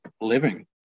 living